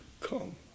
come